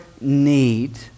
need